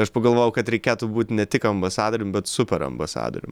ir aš pagalvojau kad reikėtų būti ne tik ambasadorium bet super ambasadorium